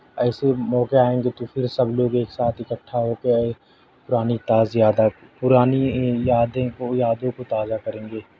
ایسے موقعے آئیں گے کہ پھر سب لوگ ایک ساتھ اکٹھا ہو کے پرانی تاز یادہ پرانی یادیں کو یادوں کو تازہ کریں گے